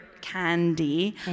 candy